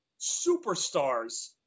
superstars